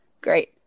Great